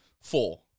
four